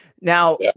Now